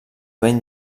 ben